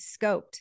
scoped